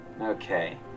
Okay